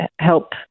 help